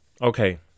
okay